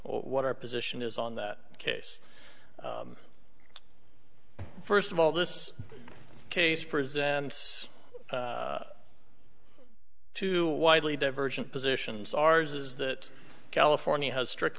what our position is on that case first of all this case presents two widely divergent positions ours is that california has strict